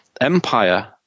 Empire